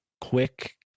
quick